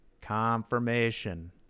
Confirmation